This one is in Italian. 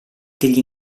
degli